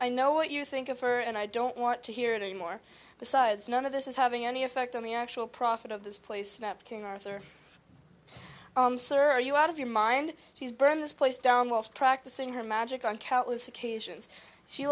i know what you think of her and i don't want to hear it any more besides none of this is having any effect on the actual profit of this place nat king arthur or are you out of your mind she's burned this place down was practicing her magic on countless occasions she